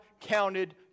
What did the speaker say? counted